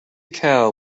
cow